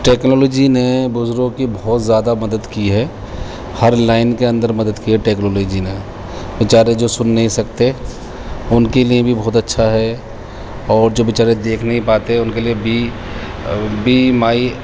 technology نے بزرگوں کی بہت زیادہ مدد کی ہے ہر لائن کے اندر مدد کی ہے ٹیکنالوجی نے بیچارے جو سن نہیں سکتے ان کے لیے بھی بہت اچھا ہے اور جو بیچارے دیکھ نہیں پاتے ان کے لیے بی بی مائی